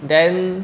then